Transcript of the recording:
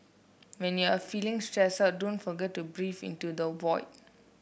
when you are feeling stressed out don't forget to breathe into the void